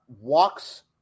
Walks